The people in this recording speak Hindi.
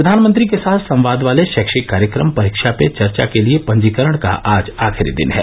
प्रधानमंत्री के साथ संवाद वाले शैक्षिक कार्यक्रम परीक्षा पे चर्चा के लिए पंजीकरण का आज आखिरी दिन है